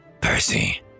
Percy